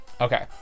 Okay